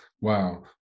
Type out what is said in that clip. wow